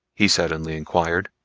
he suddenly inquired.